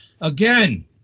Again